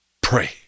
pray